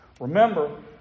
Remember